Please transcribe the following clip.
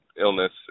illness